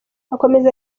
akomeza